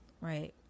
Right